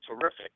terrific